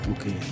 okay